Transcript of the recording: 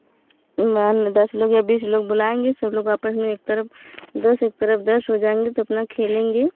मान लो दस लोग या बीस लोग बोलाएँगे सब लोग आपस में एक तरफ दस एक तरफ़ दस हो जाएँगे तो अपना खेलेंगे